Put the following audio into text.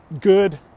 good